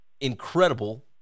incredible